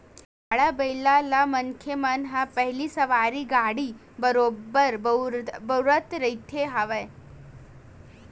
गाड़ा बइला ल मनखे मन ह पहिली सवारी गाड़ी बरोबर बउरत रिहिन हवय